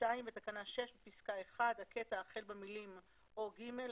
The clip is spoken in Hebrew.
"בתקנה 6, בפסקה(1), הקטע החל במילים "או (ג)"